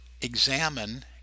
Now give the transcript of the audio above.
examine